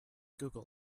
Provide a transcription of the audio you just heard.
google